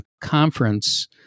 conference